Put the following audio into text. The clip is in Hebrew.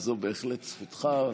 וזאת בהחלט זכותך,